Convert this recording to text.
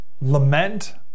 lament